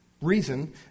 reason